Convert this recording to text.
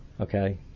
Okay